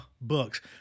books